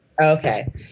Okay